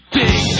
big